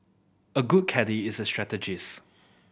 a good caddie is a strategist